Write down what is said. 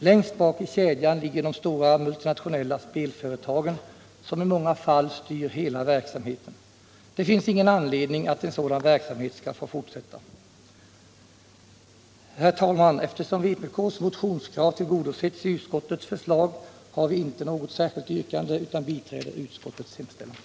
Längst bak i kedjan ligger de stora multinationella spelföretagen som i många fall styr hela verksamheten. Det finns ingen anledning till att en sådan verksamhet skall få fortsätta. Herr talman! Eftersom vpk:s motionskrav har tillgodosetts i utskottets förslag har vi inte något särskilt yrkande utan biträder utskottets hemställan.